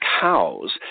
cows